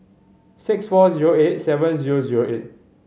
six four zero eight seven zero zero eight